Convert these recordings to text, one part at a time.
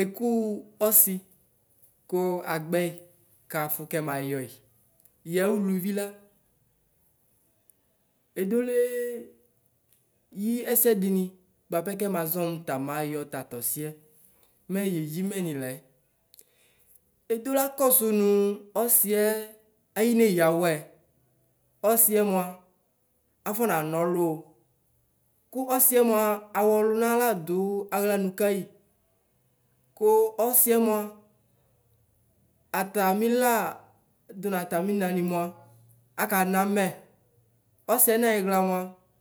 Ekʋ ɔsi, kʋ kagbɛyi kafʋ kʋmayɔyi yɛ ʋluvila, edole eyi ɛsɛ dini bapɛ kɛmazɔnʋ tamayɔ tatɔsiɛ mɛ yɛyi mɛnu lɛ. Edola kɔsʋ nʋ ɔsiɛ ayineya awɛ ɔsiɛ mʋa afɔnanaɔlu, kʋ ɔsiɛ mʋkʋ ɔsiɛ mʋ awʋ ɔlʋna ladʋ aɣlamʋ kayi ku ɔsiɛ mʋa atami la dunu atami nani mʋa akana mɛ ɔsiɛ nayixla mɛ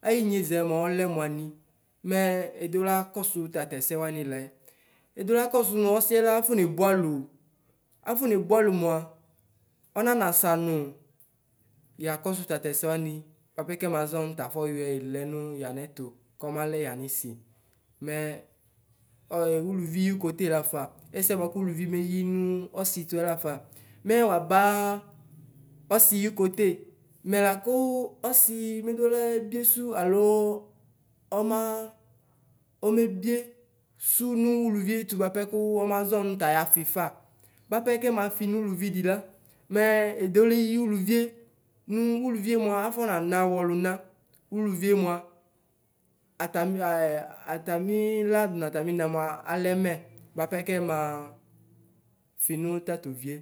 ayinyezɛ ɔlɛ mʋani mɛ edola kɔsʋ nʋ tatɛsɛ wani ayixla, edola kɔsʋ ɔsiɛla afɔnebʋalʋ afɔnebʋalʋ mʋa ɔnana sanʋ yakɔsʋ tatɛsɛ wani bʋapɛ kɛmazɔnʋ tafɔyɔɛlɛ mʋ yanɛtɔ kʋmalɛ yanisi mɛ ʋʋyʋvi ayʋ kote lafa. Ɛsɛ bʋakʋ ʋlʋvi meyi nʋ ɔsitʋɛ lafa. Mɛ waba ɔsi yʋ kote mɛ lakʋ ɔsi medola biesʋ alo ɔma ɔmebiesʋ nʋ ʋlʋvie mʋa tʋ tʋapɛkʋ ɔmazɔnʋ taya fifa bʋapɛ kɛnafi nʋ lʋ nʋvidila mɛ edoliyʋ lʋ ʋvie, nʋ ʋlʋvie mʋa afɔnana awʋ ɔlʋna ʋlʋvie mʋa atamilaatami la dʋnʋ atamina mʋa alɛmɛ bʋapɛ kɛmafinʋ tʋtʋvie